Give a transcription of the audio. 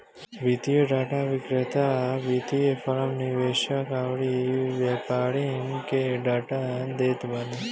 वित्तीय डाटा विक्रेता वित्तीय फ़रम, निवेशक अउरी व्यापारिन के डाटा देत बाने